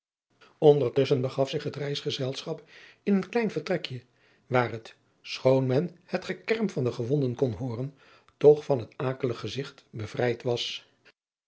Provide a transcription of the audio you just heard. ndertusschen begaf zich het reisgezelschap in een driaan oosjes zn et leven van aurits ijnslager klein vertrekje waar het schoon men het gekerm van de gewonden kon hooren toch van het akelig gezigt bevrijd was